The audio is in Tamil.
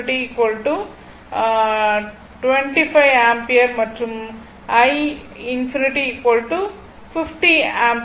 25 ஆம்பியர் மற்றும் I∞ 50 ஆம்பியர்